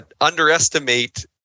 underestimate